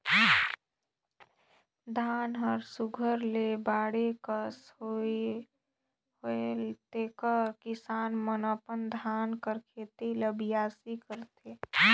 धान हर सुग्घर ले बाढ़े कस होएल तेकर किसान मन अपन धान कर खेत ल बियासी करथे